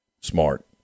smart